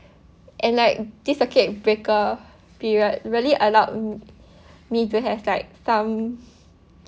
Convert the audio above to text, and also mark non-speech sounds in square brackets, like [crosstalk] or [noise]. and like this circuit breaker [breath] period really allow [breath] me to have like some